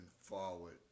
forward